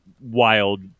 wild